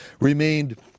remained